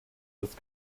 ist